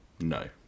No